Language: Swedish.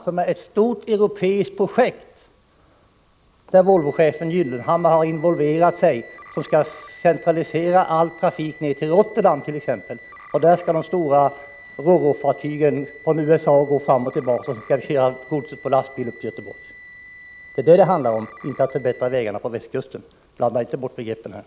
Scan Link är ett stort europeiskt projekt där Volvochefen Gyllenhammar har involverat sig, ett projekt som skall centralisera all trafik t.ex. ner till Rotterdam. De stora ro-ro-fartygen från USA skall gå fram och tillbaka mellan USA och Rotterdam. Sedan skall allt gods köras på lastbil upp till Göteborg. Det är detta det handlar om, inte om att förbättra vägarna på västkusten. Blanda inte ihop begreppen nu.